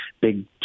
big